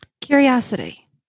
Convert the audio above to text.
Curiosity